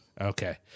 Okay